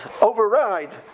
override